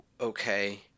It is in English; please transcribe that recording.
okay